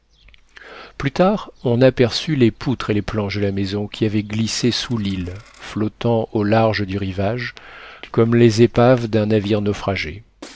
plus tard on aperçut les poutres et les planches de la maison qui avaient glissé sous l'île flottant au large du rivage comme les épaves d'un navire naufragé